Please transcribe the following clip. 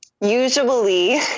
usually